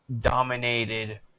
dominated